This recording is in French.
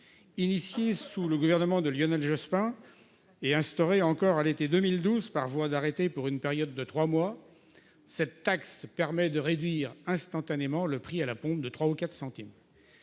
Initiée sous le gouvernement de Lionel Jospin et instaurée encore à l'été 2012, par voie d'arrêté, pour une période de trois mois, cette taxe permet de réduire instantanément le prix à la pompe de 3 ou 4 centimes.